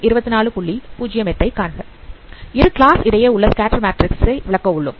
இரு கிளாஸ் இடையே உள்ள ஸ்கேட்டர் மேட்ரிக்ஸ் விளக்க உள்ளோம்